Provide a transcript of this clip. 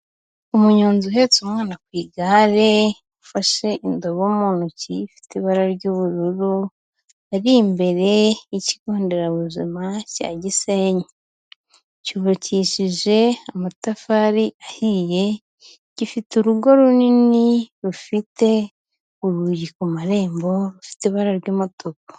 Umunyonzi uhetse umwana ku igare, ufashe indobo mu ntoki ifite ibara ry'ubururu, ari imbere y'ikigo nderabuzima cya Gisenyi. Cyubakishije amatafari ahiye, gifite urugo runini, rufite urugi ku marembo, rufite ibara ry'umutuku.